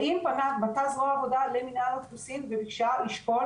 האם פנה זרוע העבודה למנהל האוכלוסין וביקשה לשקול,